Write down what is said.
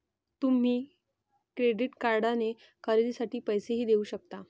तुम्ही क्रेडिट कार्डने खरेदीसाठी पैसेही देऊ शकता